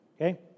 okay